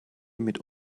mit